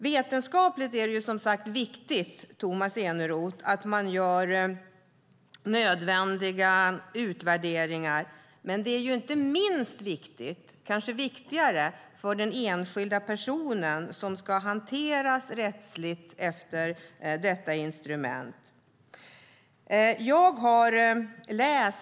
Vetenskapligt är det som sagt viktigt, Tomas Eneroth, att göra nödvändiga utvärderingar. Men det kanske är ännu viktigare för den enskilda person som ska hanteras rättsligt efter detta instrument.